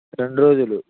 రెండు రోజులు